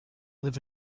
live